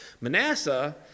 Manasseh